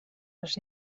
els